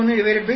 91 0